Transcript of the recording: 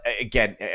again